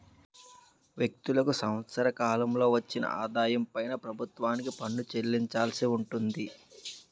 వ్యక్తులకు సంవత్సర కాలంలో వచ్చిన ఆదాయం పైన ప్రభుత్వానికి పన్ను చెల్లించాల్సి ఉంటుంది